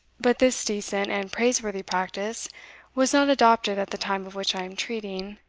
but this decent and praiseworthy practice was not adopted at the time of which i am treating,